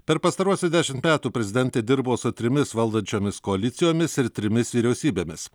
per pastaruosius dešimt metų prezidentė dirbo su trimis valdančiomis koalicijomis ir trimis vyriausybėmis